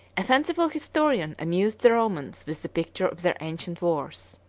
a fanciful historian amused the romans with the picture of their ancient wars.